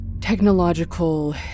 technological